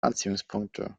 anziehungspunkte